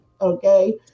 okay